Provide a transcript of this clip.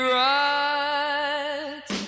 right